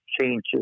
changes